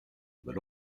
but